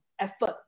effort